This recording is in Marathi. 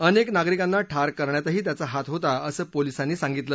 अनेक नागरिकांना ठार करण्यातही त्याचा हात होता असं पोलिसांनी सांगितलं